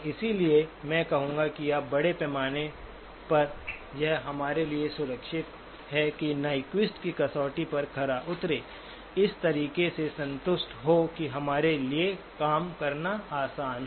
इसलिए मैं कहूंगा कि बड़े पैमाने पर यह हमारे लिए सुरक्षित है कि नाइक्वेस्ट की कसौटी पर खरा उतरें इस तरीके से संतुष्ट हों कि हमारे लिए काम करना आसान हो